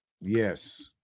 Yes